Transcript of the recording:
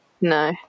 No